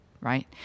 right